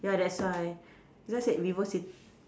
ya that's why people said VivoCit~